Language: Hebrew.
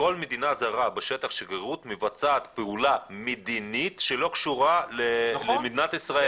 כל מדינה זרה בשטח השגרירות מבצעת פעולה מדינית שלא קשורה למדינת ישראל.